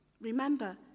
remember